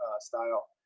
style